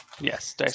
Yes